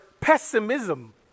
pessimism